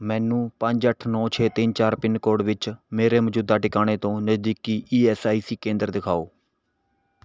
ਮੈਨੂੰ ਪੰਜ ਅੱਠ ਨੌ ਛੇ ਤਿੰਨ ਚਾਰ ਪਿੰਨ ਕੋਡ ਵਿੱਚ ਮੇਰੇ ਮੌਜੂਦਾ ਟਿਕਾਣੇ ਤੋਂ ਨਜ਼ਦੀਕੀ ਈ ਐਸ ਆਈ ਸੀ ਕੇਂਦਰ ਦਿਖਾਓ